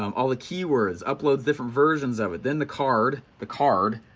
um all the keywords, uploads different versions of it, then the card, the card,